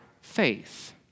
faith